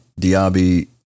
Diaby